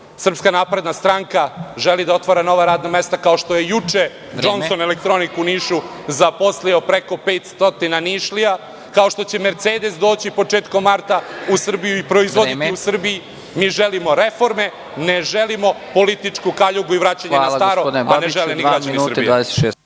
Srbiji, SNS želi da otvara nova radna mesta, kao što je juče „Džonson elektronik“ u Nišu zaposlio preko 500 Nišlija, kao što će „Mercedes“ doći početkom marta u Srbiju i proizvoditi u Srbiji, jer mi želimo reforme, ne želimo političku kaljugu i vraćanje na staro, a ne žele ni građani Srbije.